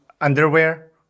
underwear